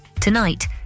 Tonight